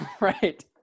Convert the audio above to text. right